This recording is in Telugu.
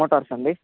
మోటార్స్ అండి